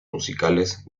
musicales